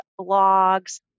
blogs